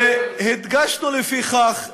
ולפיכך הדגשנו,